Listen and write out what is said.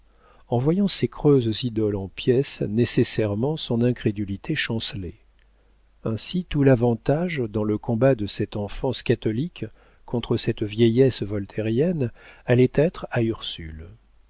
en voyant ses creuses idoles en pièces nécessairement son incrédulité chancelait ainsi tout l'avantage dans le combat de cette enfance catholique contre cette vieillesse voltairienne allait être à ursule